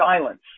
silence